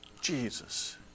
Jesus